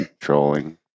Trolling